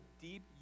deep